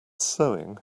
sewing